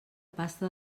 pasta